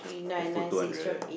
just put two hundred